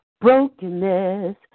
Brokenness